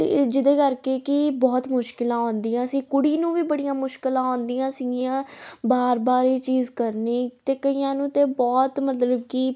ਜਿਹਦੇ ਕਰਕੇ ਕਿ ਬਹੁਤ ਮੁਸ਼ਕਲਾਂ ਆਉਂਦੀਆਂ ਸੀ ਕੁੜੀ ਨੂੰ ਵੀ ਬੜੀਆਂ ਮੁਸ਼ਕਲਾਂ ਆਉਂਦੀਆਂ ਸੀਗੀਆਂ ਵਾਰ ਵਾਰ ਇਹ ਚੀਜ਼ ਕਰਨੀ ਅਤੇ ਕਈਆਂ ਨੂੰ ਤਾਂ ਬਹੁਤ ਮਤਲਬ ਕਿ